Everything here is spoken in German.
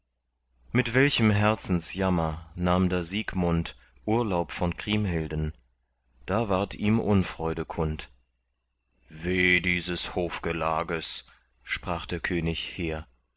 mit welchem herzensjammer nahm da siegmund urlaub von kriemhilden da ward ihm unfreude kund weh dieses hofgelages sprach der könig hehr